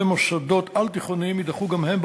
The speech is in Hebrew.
למוסדות על-תיכוניים יידחו גם הם,